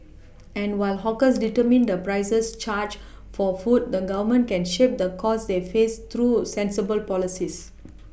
and while hawkers determine the prices charged for food the Government can shape the costs they face through sensible policies